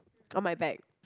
on my bag